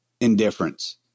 indifference